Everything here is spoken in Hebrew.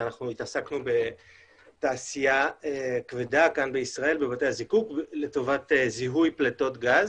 אנחנו התעסקנו בתעשייה כבדה בישראל בבתי הזיקוק לטובת זיהוי פליטות גז,